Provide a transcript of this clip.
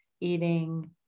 eating